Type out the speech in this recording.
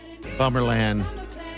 Bummerland